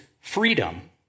freedom